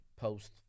post